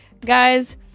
guys